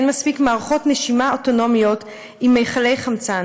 מספיק מערכות נשימה אוטונומיות עם מכלי חמצן,